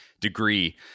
degree